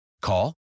Call